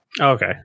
Okay